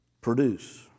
produce